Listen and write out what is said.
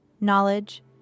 knowledge